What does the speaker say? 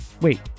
Wait